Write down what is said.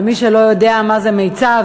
למי שלא יודע מה זה מיצ"ב,